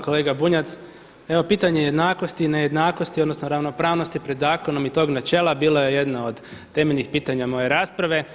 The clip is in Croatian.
Kolega Bunjac, evo pitanje jednakosti i nejednakosti odnosno ravnopravnosti pred zakonom i tog načela bilo je jedno od temeljnih pitanja moje rasprave.